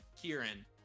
Kieran